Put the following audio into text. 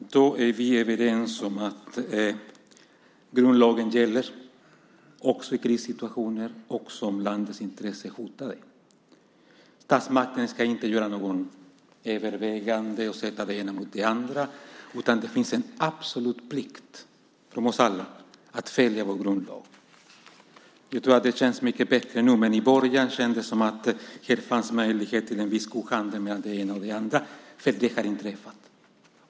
Herr talman! Då är vi överens om att grundlagen gäller i krissituationer, också om landets intressen är hotade. Statsmakten ska inte göra något övervägande och ställa det ena mot det andra, utan det finns en absolut plikt för oss alla att följa vår grundlag. Jag tycker att det känns mycket bättre nu, men i början kändes det som att det här fanns möjlighet till en viss kohandel mellan det ena och det andra, eftersom detta har inträffat.